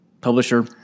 publisher